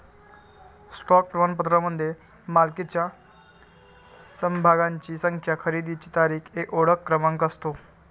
stock प्रमाणपत्रामध्ये मालकीच्या समभागांची संख्या, खरेदीची तारीख, एक ओळख क्रमांक असतो